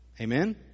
Amen